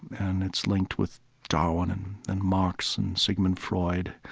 and it's linked with darwin and and marx and sigmund freud.